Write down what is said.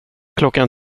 klockan